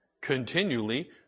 continually